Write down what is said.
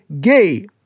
gay